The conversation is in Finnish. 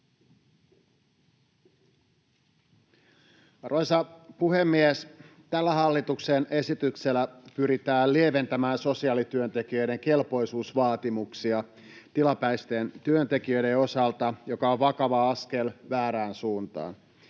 Arvoisa puhemies! Tällä hallituksen esityksellä pyritään lieventämään sosiaalityöntekijöiden kelpoisuusvaatimuksia tilapäisten työntekijöiden osalta, mikä on vakava askel väärään suuntaan.